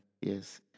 Yes